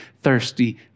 thirsty